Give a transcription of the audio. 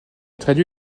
traduit